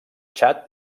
txad